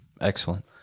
Excellent